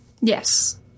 Yes